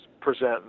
present